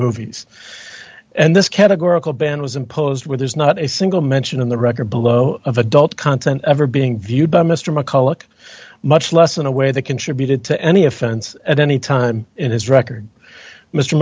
movies and this categorical ban was imposed where there's not a single mention in the record below of adult content ever being viewed by mr mcculloch much less in a way that contributed to any offense at any time in his record mr